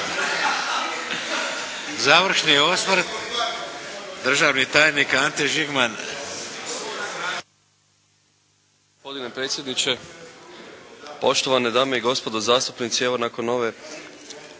Završni osvrt, državni tajnik Ante Žigman.